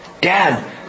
Dad